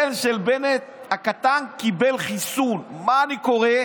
הבן הקטן של בנט קיבל חיסון, ומה אני קורא?